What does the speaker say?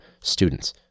students